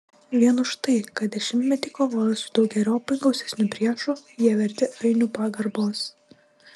vien už tai kad dešimtmetį kovojo su daugeriopai gausesniu priešu jie verti ainių pagarbos